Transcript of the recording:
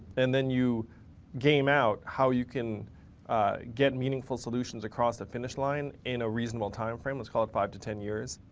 and then you game out how you can get meaningful solutions across the finish line in a reasonable time frame. let's call it five to ten years.